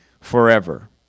forever